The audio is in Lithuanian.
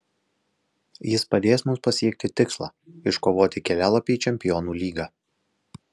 jis padės mums pasiekti tikslą iškovoti kelialapį į čempionų lygą